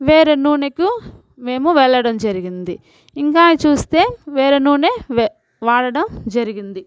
వేరే నూనెకు మేము వెళ్లడం జరిగింది ఇంకా చూస్తే వేరే నూనె వే వాడడం జరిగింది